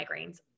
migraines